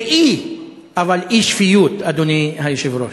זה אי, אבל אי-שפיות, אדוני היושב-ראש.